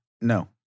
No